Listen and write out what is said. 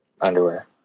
underwear